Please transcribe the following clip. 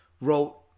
wrote